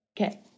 Okay